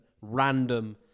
random